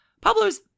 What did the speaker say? Pablo's